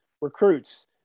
recruits